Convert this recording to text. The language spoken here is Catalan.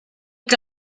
que